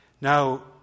Now